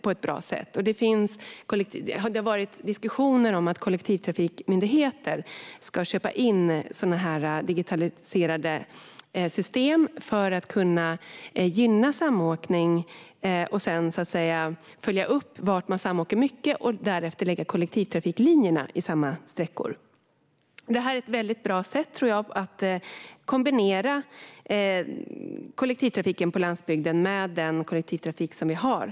Det har varit diskussioner om att kollektivtrafikmyndigheter ska köpa in digitaliserade system för att gynna samåkning och sedan kunna följa upp var man samåker mycket och därefter lägga kollektivtrafiklinjer på samma sträckor. Det här tror jag är ett väldigt bra sätt att kombinera kollektivtrafiken på landsbygden med den kollektivtrafik som vi har.